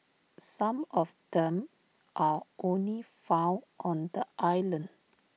some of them are only found on the island